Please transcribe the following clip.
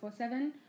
24-7